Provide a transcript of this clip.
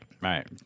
Right